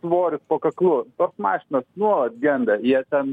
svoris po kaklu tos mašina nuolat genda jie ten